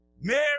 Mary